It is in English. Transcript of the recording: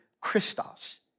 Christos